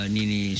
Nini